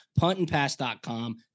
puntandpass.com